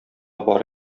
бар